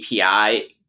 API